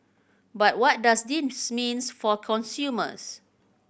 but what does this means for consumers